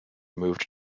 moved